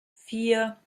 vier